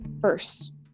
first